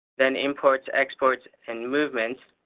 then imports exports and movements